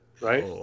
right